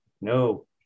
no